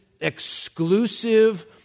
exclusive